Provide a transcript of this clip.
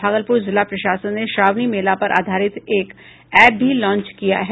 भागलपुर जिला प्रशासन ने श्रावणी मेला पर आधारित एक एप भी लांच किया है